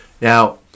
Now